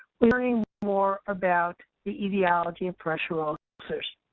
learning more about the etiology of pressure ulcers.